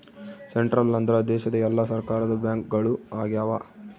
central ಅಂದ್ರ ದೇಶದ ಎಲ್ಲಾ ಸರ್ಕಾರದ ಬ್ಯಾಂಕ್ಗಳು ಆಗ್ಯಾವ